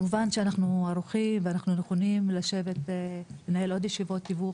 כמובן שאנחנו ערוכים ונכונים לשבת ולנהל עוד ישיבות תיווך,